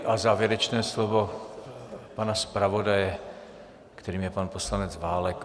A závěrečné slovo pana zpravodaje, kterým je pan poslanec Válek.